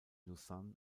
lausanne